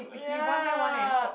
ya